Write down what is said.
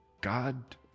God